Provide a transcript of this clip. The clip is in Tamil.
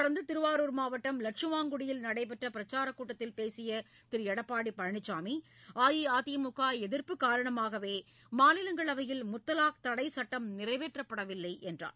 தொடர்ந்து திருவாரூர் மாவட்டம் லட்சுமாங்குடியில் நடைபெற்ற பிரச்சாரக் கூட்டத்தில் பேசிய திரு எடப்பாடி பழனிசாமி அஇஅதிமுக எதிர்ப்பு காரணமாகவே மாநிலங்களவையில் முத்தலாக் தடை சட்டம் நிறைவேற்றப்படவில்லை என்றார்